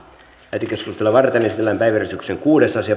lähetekeskustelua varten esitellään päiväjärjestyksen kuudes asia